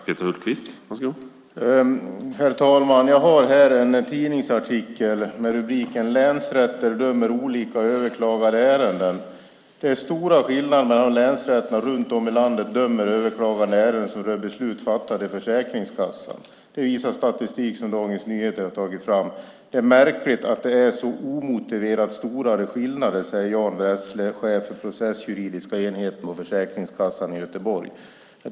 Herr talman! Jag har i min hand en tidningsartikel med rubriken "Länsrätter dömer olika i överklagade ärenden". Vidare står det: "Det är stora skillnader mellan hur länsrätterna runt om i landet dömer överklagade ärenden som rör beslut fattade av försäkringskassan. Det visar statistik som Dagens Nyheter har tagit fram. - Det är märkligt att det är så omotiverat stora skillnader, säger Jan Wressle, chef för processjuridiska enheten på försäkringskassan i Göteborg."